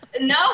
No